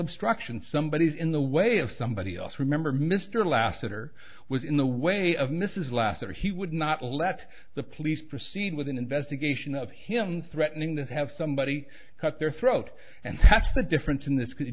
obstruction somebody is in the way of somebody else remember mr lasater was in the way of mrs lathrop he would not let the police proceed with an investigation of him threatening to have somebody cut their throat and test the difference in this